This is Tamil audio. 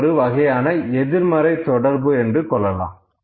இது ஒரு வகையான எதிர்மறை தொடர்பு என்று சொல்லலாம்